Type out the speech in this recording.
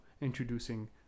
introducing